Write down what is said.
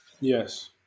Yes